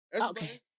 Okay